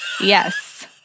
Yes